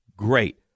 Great